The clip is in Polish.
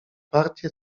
partie